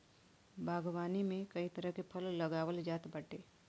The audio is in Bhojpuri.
बागवानी में कई तरह के फल लगावल जात बाटे